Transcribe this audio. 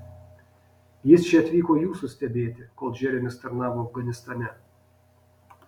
jis čia atvyko jūsų stebėti kol džeremis tarnavo afganistane